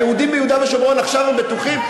היהודים ביהודה ושומרון עכשיו הם בטוחים?